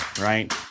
right